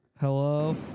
Hello